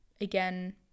again